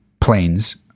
planes